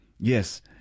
Yes